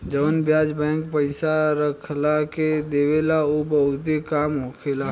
जवन ब्याज बैंक पइसा रखला के देवेला उ बहुते कम होखेला